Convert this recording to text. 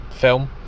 film